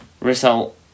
result